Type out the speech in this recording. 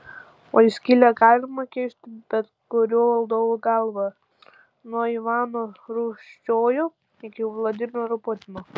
o į skylę galima kišti bet kurio valdovo galvą nuo ivano rūsčiojo iki vladimiro putino